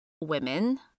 women